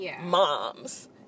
moms